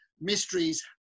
mysteries